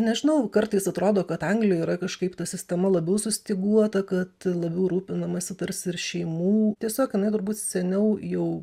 nežinau kartais atrodo kad anglijoj yra kažkaip ta sistema labiau sustyguota kad labiau rūpinamasi tarsi ir šeimų tiesiog jinai turbūt seniau jau